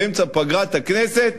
באמצע פגרת הכנסת,